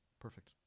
perfect